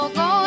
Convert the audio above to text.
go